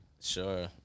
Sure